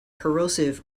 corrosive